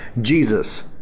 Jesus